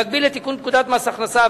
במקביל לתיקון פקודת מס הכנסה,